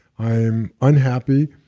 i'm unhappy,